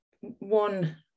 one